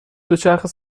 دوچرخه